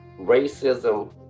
racism